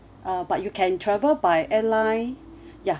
uh but you can travel by airline ya